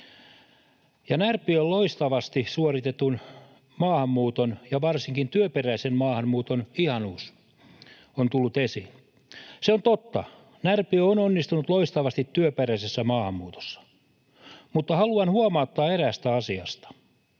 ja Närpiön loistavasti suoritetun maahanmuuton, ja varsinkin työperäisen maahanmuuton ihanuus on tullut esiin. Se on totta. Närpiö on onnistunut loistavasti työperäisessä maahanmuutossa, mutta haluan huomauttaa eräästä asiasta: